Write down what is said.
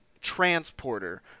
transporter